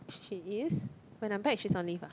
she is when I'm back she's on leave ah